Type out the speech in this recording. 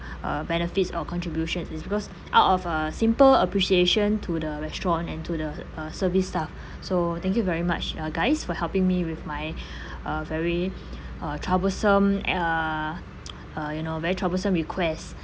uh benefits or contributions is because out of a simple appreciation to the restaurant and to the uh service staff so thank you very much uh guys for helping me with my uh very uh troublesome uh uh you know very troublesome requests